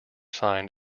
signed